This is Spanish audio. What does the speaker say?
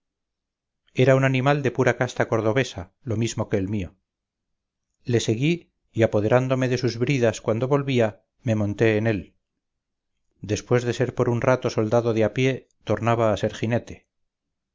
era un animal de pura casta cordobesa lo mismo que el mío le seguí y apoderándome de sus bridas cuando volvía me monté en él después de ser por un rato soldado de a pie tornaba